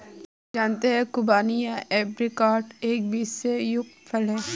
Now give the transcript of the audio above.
क्या आप जानते है खुबानी या ऐप्रिकॉट एक बीज से युक्त फल है?